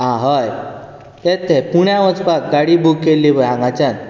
आं हय तेंच तें पुण्या वचपाक गाडी बूक केल्ली पळय हांगाच्यान